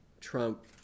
Trump